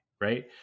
right